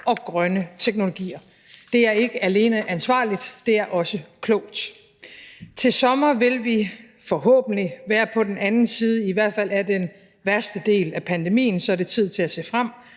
og grønne teknologier. Det er ikke alene ansvarligt, det er også klogt. Til sommer vil vi forhåbentlig være på den anden side af i hvert fald den værste del af pandemien. Så er det tid til at se frem